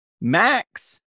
max